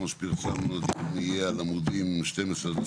כמו שפרסמנו, הדיון יהיה על עמודים 12-25